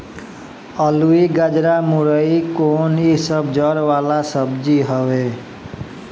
अलुई, गजरा, मूरइ कोन इ सब जड़ वाला सब्जी हवे